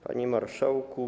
Panie Marszałku!